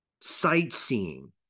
sightseeing